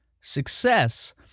Success